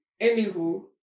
anywho